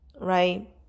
right